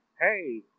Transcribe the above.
hey